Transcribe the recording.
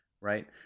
Right